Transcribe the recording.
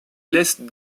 laisse